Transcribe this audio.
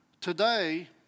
Today